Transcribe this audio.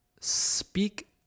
speak